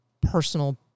personal